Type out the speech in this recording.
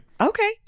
okay